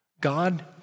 God